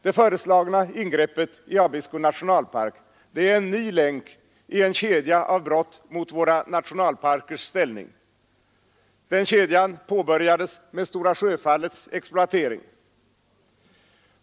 Det föreslagna ingreppet i Abisko nationalpark är en ny länk i en kedja av brott mot våra nationalparkers ställning. Den kedjan påbörjades med Stora Sjöfallets exploatering.